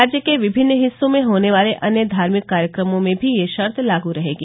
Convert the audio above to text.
राज्य के विभिन्न हिस्सों में होने वाले अन्य धार्मिक कार्यक्रमों में भी यह शर्त लागू रहेगी